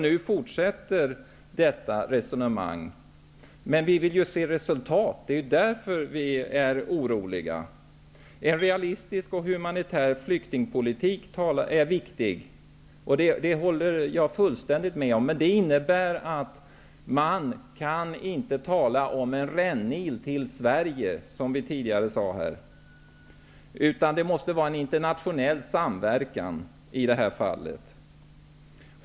Nu fortsätter detta resonemang. Vi vill se resultat. Det är för att vi inte får se några resultat som vi är oroliga. En realistisk och humanitär flyktingpolitik är viktig. Det håller jag fullständigt med om. Men det är inte realistiskt att tala om att det kommer en rännil till Sverige, vilket vi tidigare gjorde, utan det måste ske en internationell samverkan i det här fallet.